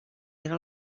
era